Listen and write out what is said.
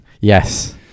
Yes